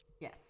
Yes